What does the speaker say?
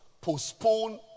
postpone